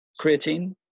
Creatine